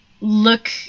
look